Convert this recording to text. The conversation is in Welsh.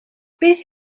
beth